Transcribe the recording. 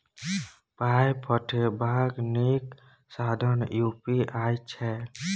पाय पठेबाक नीक साधन यू.पी.आई छै